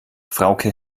frauke